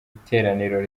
iteraniro